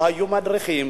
לא היו מדריכים,